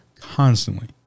constantly